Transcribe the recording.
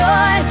Joy